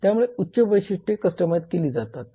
त्यामुळे उच्च वैशिष्ट्ये कस्टमायझ केली जातात